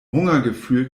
hungergefühl